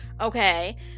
okay